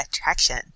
attraction